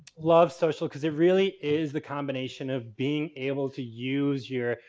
love social because it really is the combination of being able to use your,